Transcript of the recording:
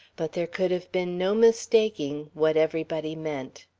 but there could have been no mistaking what everybody meant.